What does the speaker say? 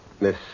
Miss